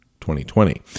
2020